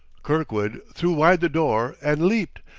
kirkwood threw wide the door, and leaped,